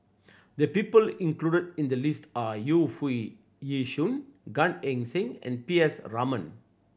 the people included in the list are Yu Foo Yee Shoon Gan Eng Seng and P S Raman